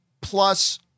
plus